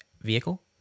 vehicle